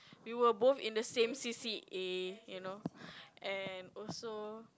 we were both in the same C_C_A you know and also